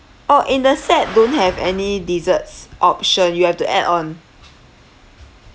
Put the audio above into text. oh in the set don't have any desserts option you have to add on